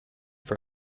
for